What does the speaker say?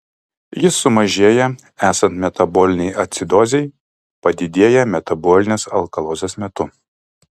jis sumažėja esant metabolinei acidozei padidėja metabolinės alkalozės metu